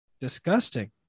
disgusting